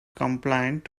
compliant